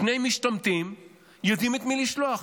שני משתמטים יודעים את מי לשלוח.